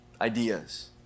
ideas